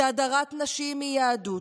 שהדרת נשים היא יהדות,